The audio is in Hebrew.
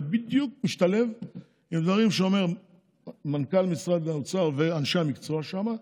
זה בדיוק משתלב עם דברים שאומרים מנכ"ל משרד האוצר ואנשי המקצוע שם.